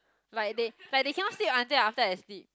like they like they cannot sleep until after I sleep